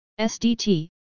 SDT